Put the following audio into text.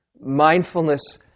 Mindfulness